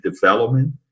development